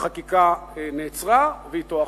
החקיקה נעצרה, ואתה החוק.